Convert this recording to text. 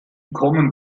kommen